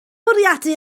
bwriadu